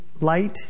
light